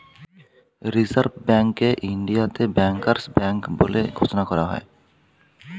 reserve ব্যাঙ্ককে ইন্ডিয়াতে bankers bank বলে ঘোষণা করা হয়